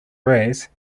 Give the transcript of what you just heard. race